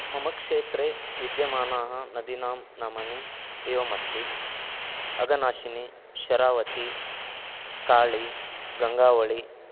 मम क्षेत्रे विद्यमानाः नदीनां नामानि एवमस्ति अघनाशिनी शरावती काळी गङ्गावळि